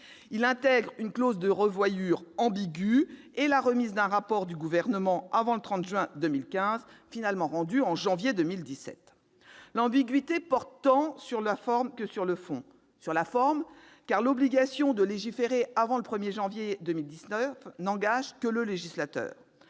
Il comporte une clause de revoyure ambiguë et prévoit la remise d'un rapport du Gouvernement avant le 30 juin 2015. Ce rapport a finalement été rendu au mois de janvier 2017. L'ambiguïté porte tant sur la forme que sur le fond. Sur la forme, car l'obligation de légiférer avant le 1 janvier 2019 n'engage que le législateur.